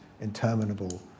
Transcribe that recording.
interminable